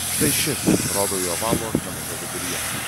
štai šis rodau į ovalų akmenuką viduryje